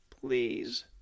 please